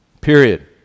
period